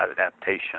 adaptation